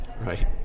Right